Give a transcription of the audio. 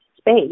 space